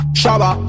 shaba